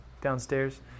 downstairs